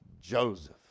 Joseph